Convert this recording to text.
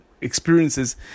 experiences